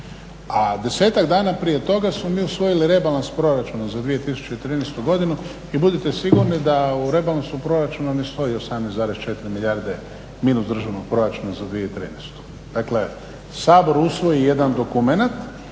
a desetak dana prije toga smo mi usvojili rebalans proračuna za 2013. godinu i budite sigurni da u rebalansu proračuna ne stoji 18,4 milijarde minus državnog proračuna za 2013. Dakle, Sabor usvoji jedan dokumenat